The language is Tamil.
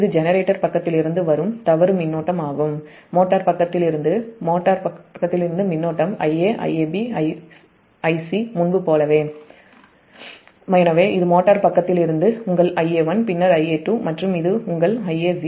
இது ஜெனரேட்டர் பக்கத்திலிருந்து வரும் தவறு மின்னோட்டமாகும் மோட்டார் பக்கத்திலிருந்து மின்னோட்டம் Ia Ib Ic முன்பு போலவே எனவே இது மோட்டார் பக்கத்திலிருந்து உங்கள் Ia1 பின்னர் Ia2 மற்றும் இது உங்கள் Ia0 j0